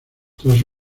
tras